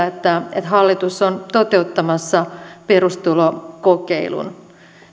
että että hallitus on toteuttamassa perustulokokeilun